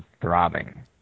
throbbing